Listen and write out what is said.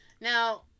Now